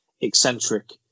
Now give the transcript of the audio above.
eccentric